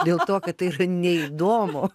dėl to kad tai yra neįdomu